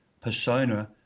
persona